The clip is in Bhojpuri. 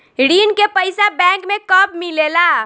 ऋण के पइसा बैंक मे कब मिले ला?